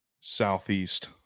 southeast